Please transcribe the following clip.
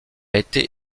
été